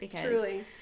Truly